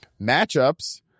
matchups